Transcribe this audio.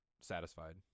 satisfied